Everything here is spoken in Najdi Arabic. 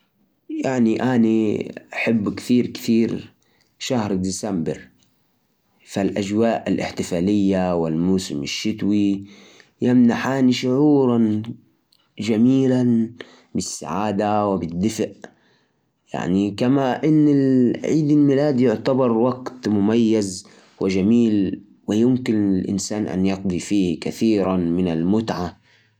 شهري المفضل هو رمضان استمتع به لأنه شهر العبادة والتقرب لله وكمان الأجواء الروحانية فيه مميزة أحب تجمع العائلة حول الإفطار والسحور وتبادل الفطورات والحلويات رمضان يعزز من القيم الإنسانية مثل الكرم والمساعدة يخليني أشعر بالراحة والسعادة